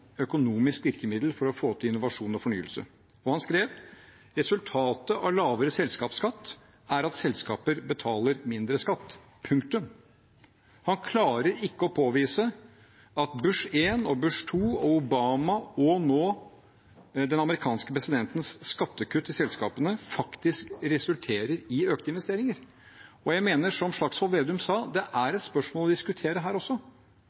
økonomisk virkemiddel for å få til innovasjon og fornyelse. Han skrev: Resultatet av lavere selskapsskatt er at selskaper betaler mindre skatt – punktum. Han klarer ikke å påvise at Bush 1, Bush 2, Obama og den nåværende amerikanske presidentens skattekutt til selskapene faktisk resulterer i økte investeringer. Jeg mener, som Slagsvold Vedum sa, at det er et spørsmål å diskutere her også.